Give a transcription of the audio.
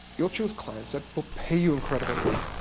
you'll choose clients that will pay you incredibly well,